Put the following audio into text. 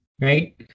Right